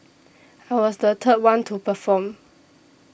I was the third one to perform